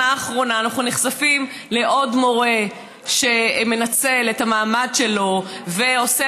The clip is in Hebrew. האחרונה אנחנו נחשפים לעוד מורה שמנצל את המעמד שלו ועושה